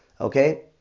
Okay